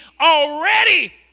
already